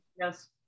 Yes